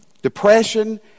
Depression